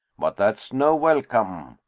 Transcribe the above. but that's no welcome.